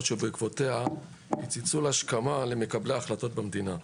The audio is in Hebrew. שבעקבותיה הם צלצול השכמה למקבלי ההחלטות במדינה.